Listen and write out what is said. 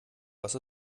was